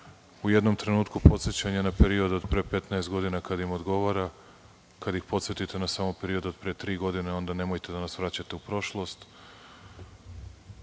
u jednom trenutku podsećanje na period od pre15 godina, kad im odgovara, kad ih podsetite na samo period od tri godine, onda - nemojte da nas vraćate u prošlost.